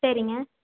சரிங்க